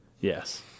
Yes